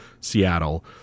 Seattle